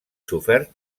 sofert